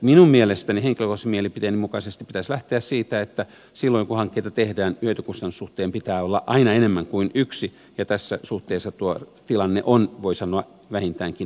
minun mielestäni henkilökohtaisen mielipiteeni mukaisesti pitäisi lähteä siitä että silloin kun hankkeita tehdään hyötykustannus suhteen pitää olla aina enemmän kuin yksi ja tässä suhteessa tuo tilanne on voi sanoa vähintäänkin epäselvä